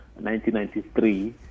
1993